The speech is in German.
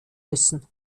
müssen